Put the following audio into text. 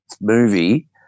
movie